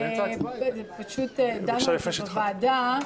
דנו בוועדה.